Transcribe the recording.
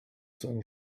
seiner